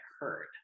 heard